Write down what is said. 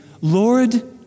Lord